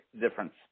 difference